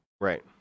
right